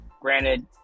Granted